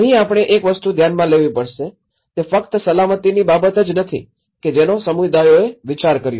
અહીં આપણે એક વસ્તુ ધ્યાનમાં લેવી પડશે તે ફક્ત સલામતીની બાબત જ નથી કે જેનો સમુદાયોએ વિચાર કર્યો